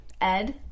Ed